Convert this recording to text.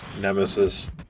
Nemesis